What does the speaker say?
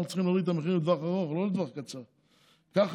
אנחנו צריכים להוריד את המחיר לטווח ארוך,